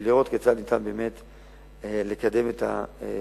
ולראות כיצד ניתן לקדם את התכנון.